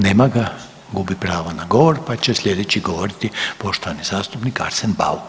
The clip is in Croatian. Nema ga, gubi pravo na govor, pa će sljedeći govoriti poštovani zastupnik Arsen Bauk.